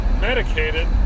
Medicated